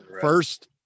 first